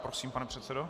Prosím, pane předsedo.